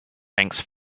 thanks